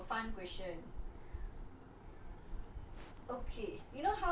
mm mm okay let me think of a fun question